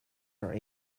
are